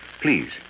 Please